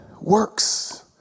works